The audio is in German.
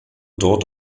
dort